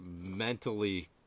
mentally